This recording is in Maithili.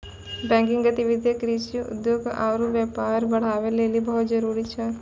बैंकिंग गतिविधि कृषि, उद्योग आरु व्यापार बढ़ाबै लेली बहुते जरुरी छै